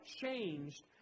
changed